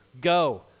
Go